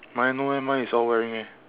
mine no eh mine is all wearing eh